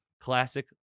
classic